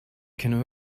can